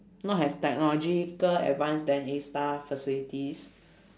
not as technological advance then A-star facilities